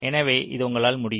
எனவே இது உங்களால் முடியும்